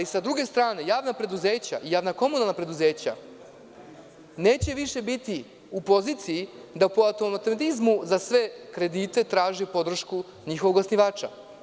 Sa druge strane, javna preduzeća, javna komunalna preduzeća, neće više biti u poziciji da za sve kredite traže podršku njihovog osnivača.